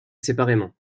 séparément